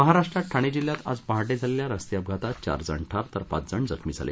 महाराष्ट्रात ठाणे जिल्ह्यात आज पहाटे झालेल्या रस्ते अपघातात चारजण ठार तर पाचजण जखमी झाले